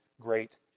great